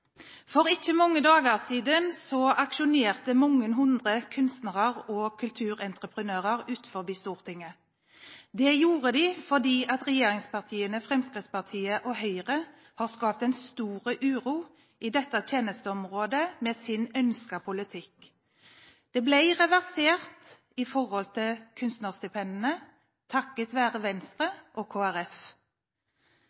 For ikke mange dager siden aksjonerte mange hundre kunstnere og kulturentreprenører utenfor Stortinget. Det gjorde de fordi regjeringspartiene, Fremskrittspartiet og Høyre, har skapt en stor uro i dette tjenesteområdet med sin ønskede politikk. Det ble reversert for kunstnerstipendene takket være Venstre